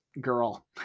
girl